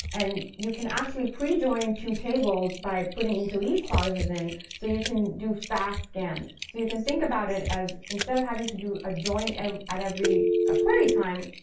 and you can actually pre-join two tables by putting interleave clauses in. so you can do fast scans. so you can think about it as instead of having to do a join at every ah query time,